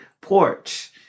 porch